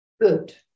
Good